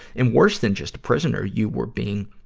and worse than just a prisoner, you were being,